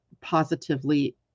positively